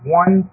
one